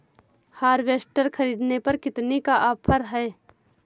Harvester ख़रीदने पर कितनी का ऑफर है?